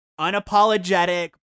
unapologetic